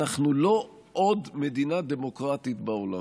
אנחנו לא עוד מדינה דמוקרטית בעולם.